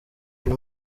uyu